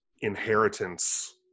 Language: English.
inheritance